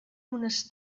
unes